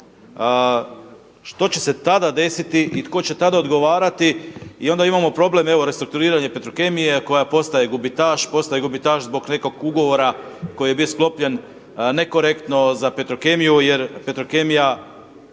Što će se tada desiti i tko će tada odgovarati? I onda imamo problem, evo restrukturiranje Petrokemije koja postaje gubitaš, postaje gubitaš zbog nekog ugovora koji je bio sklopljen nekorektno za Petrokemiju, jer Petrokemija